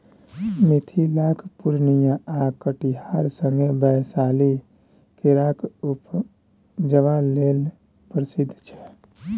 मिथिलाक पुर्णियाँ आ कटिहार संगे बैशाली केराक उपजा लेल प्रसिद्ध छै